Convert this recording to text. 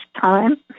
time